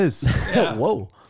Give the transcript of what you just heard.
whoa